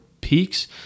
peaks